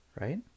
right